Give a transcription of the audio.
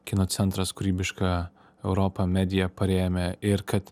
kino centras kūrybiška europa medija parėmė ir kad